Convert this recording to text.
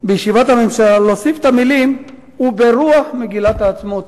בישיבת הממשלה להוסיף את המלים "וברוח מגילת העצמאות".